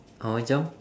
apa macam